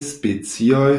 specioj